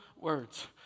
words